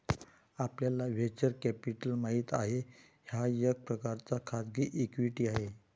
आपल्याला venture capital माहित आहे, हा एक प्रकारचा खाजगी इक्विटी आहे